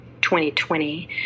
2020